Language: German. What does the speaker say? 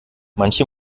manche